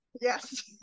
yes